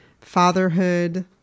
fatherhood